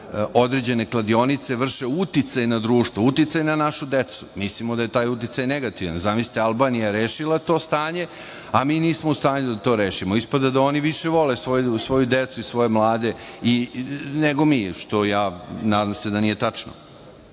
kako određene kladionice vrše uticaj na društvo, uticaj na našu decu. Mislimo da je taj uticaj negativan. Zamislite Albanija je rešila to stanje, a mi nismo u stanju da to rešimo, ispada da oni više vole svoju decu i svoje mlade nego mi, što nadam se da nije tačno. Druga